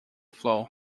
flow